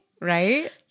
right